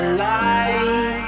light